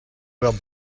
were